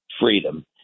freedom